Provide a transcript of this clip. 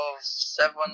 seven